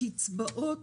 הקצבאות